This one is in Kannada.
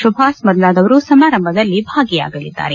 ಸುಭಾಷ್ ಮೊದಲಾದವರು ಸಮಾರಂಭದಲ್ಲಿ ಭಾಗಿಯಾಗಲಿದ್ದಾರೆ